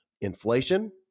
inflation